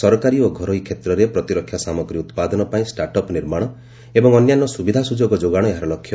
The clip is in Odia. ସରକାରୀ ଓ ଘରୋଇ କ୍ଷେତ୍ରରେ ପ୍ରତିରକ୍ଷା ସାମଗ୍ରୀ ଉତ୍ପାଦନପାଇଁ ଷ୍ଟାର୍ଟ ଅପ୍ ନିର୍ମାଣ ଏବଂ ଅନ୍ୟାନ୍ୟ ସୁବିଧା ସୁଯୋଗ ଯୋଗାଣ ଏହାର ଲକ୍ଷ୍ୟ